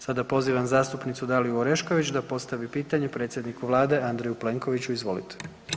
Sada pozivam zastupnicu Daliju Orešković da postavi pitanje predsjedniku vlade Andreju Plenkoviću, izvolite.